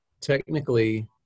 technically